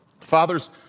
Fathers